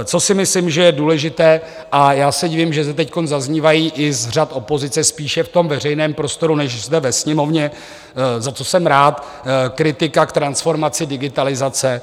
Co si myslím, že je důležité, a já se divím, že teď zaznívá i z řad opozice spíše v tom veřejném prostoru než zde ve Sněmovně, za což jsem rád, kritika k transformaci digitalizace.